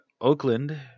Oakland